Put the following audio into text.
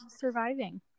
surviving